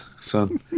son